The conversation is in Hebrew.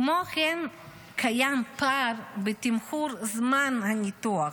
כמו כן קיים פער בתמחור זמן הניתוח,